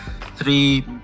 three